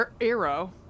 Arrow